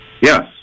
yes